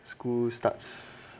school starts